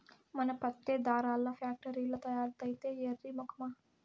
మన పత్తే దారాల్ల ఫాక్టరీల్ల తయారైద్దే ఎర్రి మొకమా